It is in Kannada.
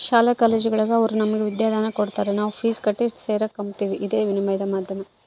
ಶಾಲಾ ಕಾಲೇಜುಗುಳಾಗ ಅವರು ನಮಗೆ ವಿದ್ಯಾದಾನ ಕೊಡತಾರ ನಾವು ಫೀಸ್ ಕಟ್ಟಿ ಸೇರಕಂಬ್ತೀವಿ ಇದೇ ವಿನಿಮಯದ ಮಾಧ್ಯಮ